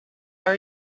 are